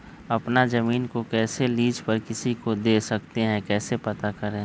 अपना जमीन को कैसे लीज पर किसी को दे सकते है कैसे पता करें?